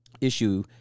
issue